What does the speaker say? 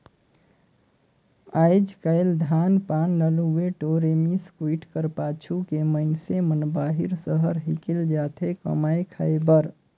आएज काएल धान पान ल लुए टोरे, मिस कुइट कर पाछू के मइनसे मन बाहिर सहर हिकेल जाथे कमाए खाए बर